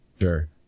Sure